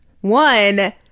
one